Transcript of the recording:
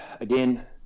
again